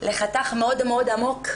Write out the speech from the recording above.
של חתך מאוד מאוד עמוק.